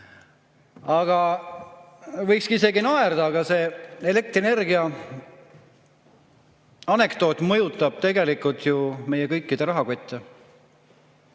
Võiks isegi naerda, aga see elektrienergia anekdoot mõjutab tegelikult ju meie kõikide rahakotti.